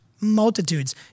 Multitudes